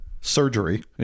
Surgery